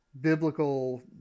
biblical